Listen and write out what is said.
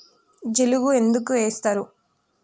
జిలుగు ఎందుకు ఏస్తరు?